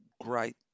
great